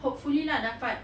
hopefully lah dapat